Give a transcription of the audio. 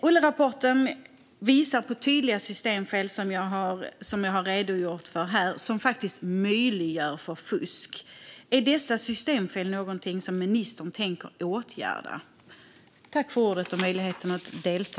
Ollerapporten visar på tydliga systemfel, som jag har redogjort för här och som faktiskt möjliggör fusk. Är dessa systemfel någonting som ministern tänker åtgärda?